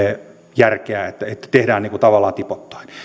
järkeä että että tehdään tavallaan tipoittain